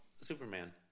Superman